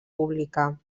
pública